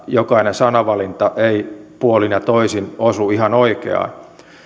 jokainen sananvalinta ei puolin ja toisin osu ihan oikeaan